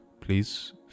Please